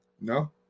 No